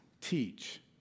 teach